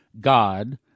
God